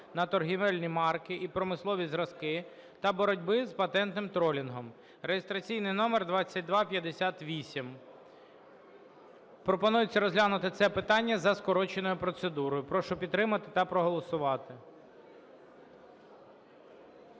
на торговельні марки і промислові зразки та боротьби з патентним тролінгом (реєстраційний номер 2258). Пропонується розглянути це питання за скороченою процедурою. Прошу підтримати та проголосувати.